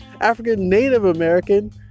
African-Native-American